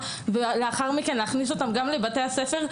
ולאחר מכן להכניס אותם גם לבתי הספר,